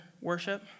worship